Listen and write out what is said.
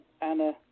Anna